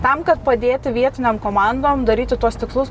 tam kad padėti vietinėm komandom daryti tuos tikslus